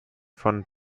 von